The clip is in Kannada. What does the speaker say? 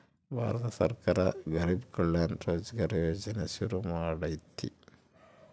ಭಾರತ ಸರ್ಕಾರ ಗರಿಬ್ ಕಲ್ಯಾಣ ರೋಜ್ಗರ್ ಯೋಜನೆನ ಶುರು ಮಾಡೈತೀ